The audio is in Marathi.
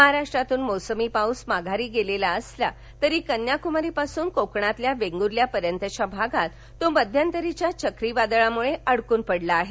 महाराष्ट्रातून मोसमी पाऊस माघारी गेलेला असला तरी कन्याक्मारी पासून कोकणातल्या वेंगुर्ल्यापर्यंतच्या भागात तो मध्यंतरीच्या चक्रीवादळांमुळे अडकून पडला आहे